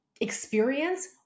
experience